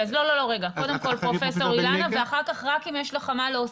אז קודם כל פרופ' אילנה ואחר כך רק אם יש לך מה להוסיף,